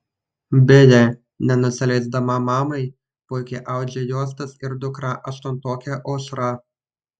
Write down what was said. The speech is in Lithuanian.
beje nenusileisdama mamai puikiai audžia juostas ir dukra aštuntokė aušra